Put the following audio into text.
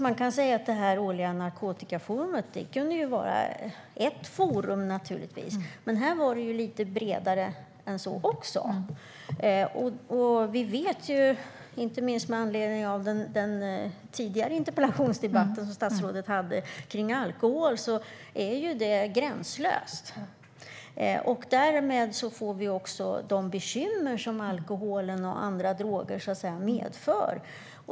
Man kan säga att det årliga narkotikaforumet naturligtvis kan vara ett forum. Men här var det lite bredare än så. Vi vet, inte minst med anledning av den tidigare interpellationsdebatten om alkohol, att detta är gränslöst. Därmed får vi också de bekymmer som alkoholen och andra droger medför.